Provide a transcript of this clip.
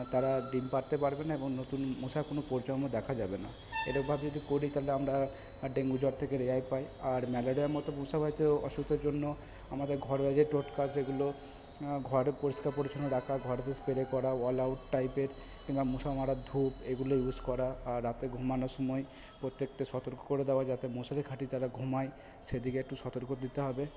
তারা ডিম পাড়তে পারবে না এবং নতুন মশার কোনো প্রজন্ম দেখা যাবে না এরমভাবে যদি করি তাহলে আমরা ডেঙ্গু জ্বর থেকে রেহাই পাই আর ম্যালেরিয়ার মতো মশাবাহিত অসুখের জন্য আমাদের ঘরোয়া যে টোটকা সেগুলো ঘর পরিষ্কার পরিচ্ছন্ন রাখা ঘরে যে স্প্রে করা অলআউট টাইপের কিংবা মশা মারার ধূপ এগুলো ইউজ করা আর রাতে ঘুমানোর সময় প্রত্যেকটা সতর্ক করে দেওয়া যাতে মশারি খাঁটিয়ে তারা ঘুমায় সেদিকে একটু সতর্ক দিতে হবে